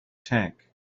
tank